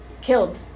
killed